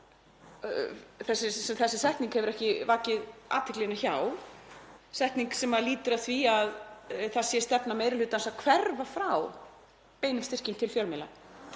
þessi setning hefur ekki vakið athyglina hjá, setning sem lýtur að því að það sé stefna meiri hlutans að hverfa frá beinum styrkjum til fjölmiðla.